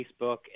Facebook